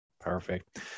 Perfect